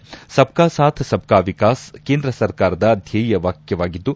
ಸಬ್ ಕಾ ಸಾಥ್ ಸಬ್ ಕಾ ಎಕಾಸ್ ಕೇಂದ್ರ ಸರ್ಕಾರದ ಧ್ವೇಯ ವಾಕ್ಷವಾಗಿದ್ದು